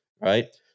right